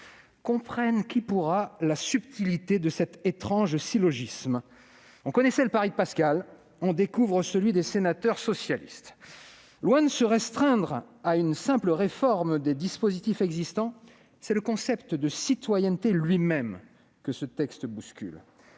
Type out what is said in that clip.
Comprenne qui pourra la subtilité de cet étrange syllogisme ! On connaissait le pari de Pascal, on découvre celui des sénateurs socialistes. Loin de se restreindre à une simple réforme des dispositifs existants, ce texte bouscule le concept de citoyenneté lui-même. Car que